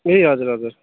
ए हजुर हजुर